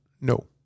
no